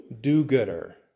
do-gooder